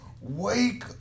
Wake